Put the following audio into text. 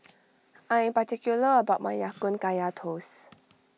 I am particular about my Ya Kun Kaya Toast